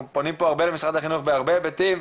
אנחנו פונים פה הרבה למשרד החינוך בהרבה היבטים,